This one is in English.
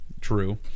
true